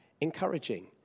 encouraging